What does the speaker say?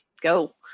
go